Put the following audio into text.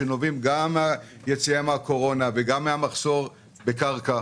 שנובעים גם מהיציאה מהקורונה וגם ממחסור בקרקע.